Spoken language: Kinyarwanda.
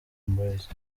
boys